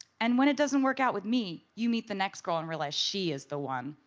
and when it doesn't work out with me, you meet the next girl and realize she is the one.